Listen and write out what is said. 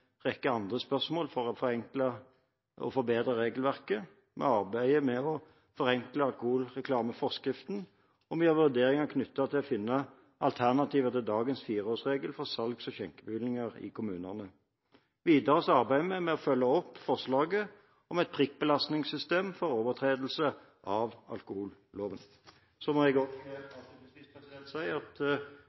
rekke andre spørsmål for å forenkle og forbedre regelverket. Vi arbeider med å forenkle alkoholreklameforskriften, og vi gjør vurderinger knyttet til å finne alternativer til dagens fireårsregel for salgs- og skjenkebevillinger i kommunene. Videre arbeider vi med å følge opp forslaget om et prikkbelastningssystem for overtredelse av alkoholloven. Så må jeg også avslutningsvis si at